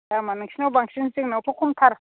दामआ नोंसिनाव बांसिन जोंनावथ' खमथार